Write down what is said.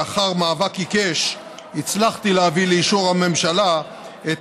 לאחר מאבק עיקש הצלחתי להביא לאישור הממשלה את